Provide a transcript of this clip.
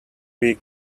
week